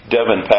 Devin